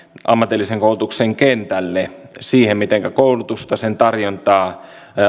ammatillisen koulutuksen kentälle siihen mitenkä koulutusta sen tarjontaa